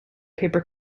paper